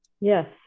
Yes